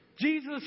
Jesus